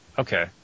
okay